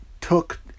took